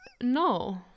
No